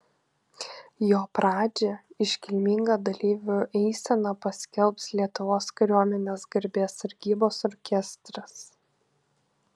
jo pradžią iškilminga dalyvių eisena paskelbs lietuvos kariuomenės garbės sargybos orkestras